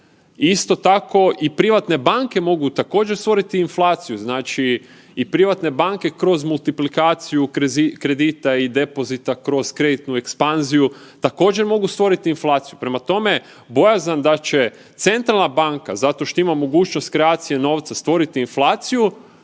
Isto tako i privatne banke mogu također stvoriti inflaciju, znači i privatne banke kroz multiplikaciju kredita i depozita kroz kreditnu ekspanziju također mogu stvoriti inflaciju. Prema tome, bojazan da će centralna banka zato što ima mogućnost kreacije novca stvoriti inflaciju